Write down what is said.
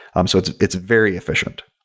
um so it's it's very efficient.